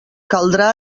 caldrà